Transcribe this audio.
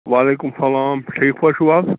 وعلیکُم سلام ٹھیٖک پٲٹھۍ چھُۄ حظ